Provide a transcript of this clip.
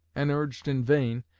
and urged in vain,